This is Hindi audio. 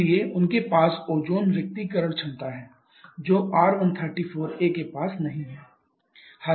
इसलिए उनके पास ओजोन रिक्तीकरण क्षमता है जो R134a के पास नहीं है